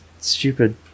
stupid